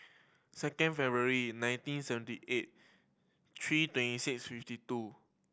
second February nineteen seventy eight three twenty six fifty two